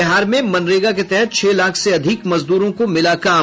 बिहार में मनरेगा के तहत छह लाख से अधिक मजदूरों को मिला काम